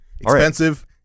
Expensive